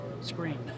screen